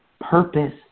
purpose